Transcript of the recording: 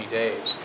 days